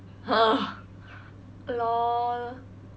!huh! lol